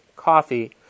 coffee